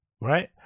Right